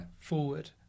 forward